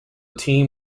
team